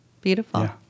Beautiful